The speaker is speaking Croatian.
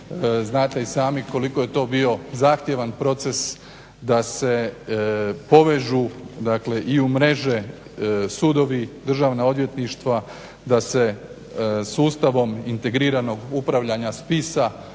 Znate i sami koliko je to bio zahtjevan proces da se povežu dakle i umreže sudovi, državna odvjetništva, da se sustavom integriranog upravljanja spisa